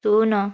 ଶୂନ୍